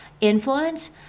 influence